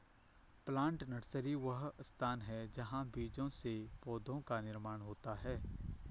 plant nursery वह स्थान है जहां बीजों से पौधों का निर्माण होता है